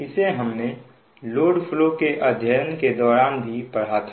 इसे हमने load flow के अध्ययन के दौरान भी पढ़ा था